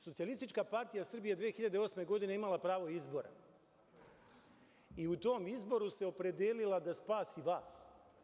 Socijalistička partija Srbije 2008. godine je imala pravo izbora i u tom izboru se opredelila da spasi vas.